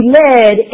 led